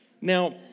Now